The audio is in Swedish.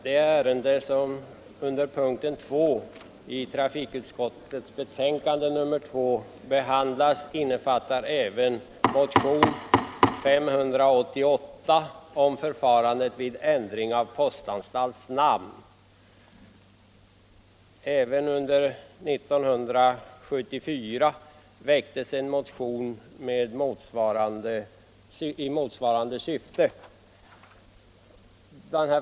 Herr talman! Under punkten 2 i trafikutskottets betänkande nr 2 behandlas även motionen 588 i vilken begärs att ingen ändring av postanstalters namn skall få ske utan att den berörda allmänheten har givit sitt samtycke. Även 1974 väcktes en motion i motsvarande syfte.